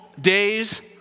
days